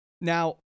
Now